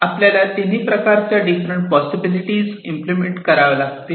आपल्याला तिन्ही प्रकारच्या डिफरंट पॉसिबीलीटीज इम्प्लिमेंट कराव्या लागतील